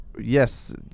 yes